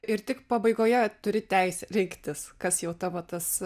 ir tik pabaigoje turi teisę rinktis kas jau tavo tas